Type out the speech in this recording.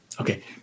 Okay